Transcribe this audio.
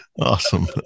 Awesome